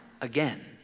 again